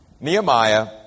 Nehemiah